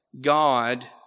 God